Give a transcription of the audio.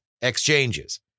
exchanges